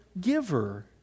giver